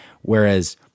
whereas